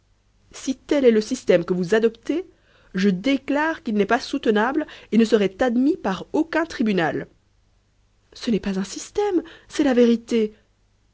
si tel est le système que vous adoptez je déclare qu'il n'est pas soutenable et ne serait admis par aucun tribunal ce n'est pas un système c'est la vérité